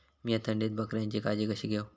मीया थंडीत बकऱ्यांची काळजी कशी घेव?